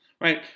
right